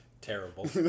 Terrible